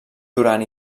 duran